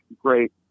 great